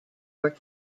were